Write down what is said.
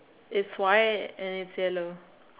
it's white and it's yellow